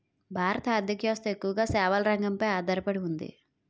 భారత ఆర్ధిక వ్యవస్థ ఎక్కువగా సేవల రంగంపై ఆధార పడి ఉంది